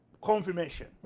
confirmation